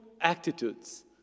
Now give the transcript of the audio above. attitudes